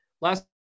Last